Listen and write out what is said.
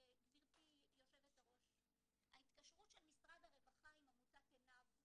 גברתי יושבת הראש, עם עמותת 'ענב'